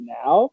now